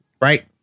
right